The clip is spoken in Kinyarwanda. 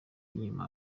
nyuma